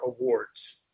awards